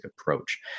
approach